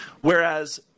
Whereas